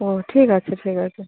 ও ঠিক আছে ঠিক আছে